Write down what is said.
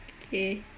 okay